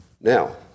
Now